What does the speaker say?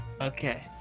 Okay